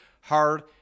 hard